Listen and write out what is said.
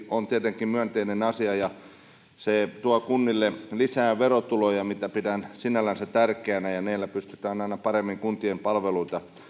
on tietenkin myönteinen asia se tuo kunnille lisää verotuloja mitä pidän sinällänsä tärkeänä ja niillä pystytään aina paremmin kuntien palveluita